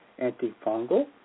antifungal